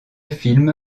film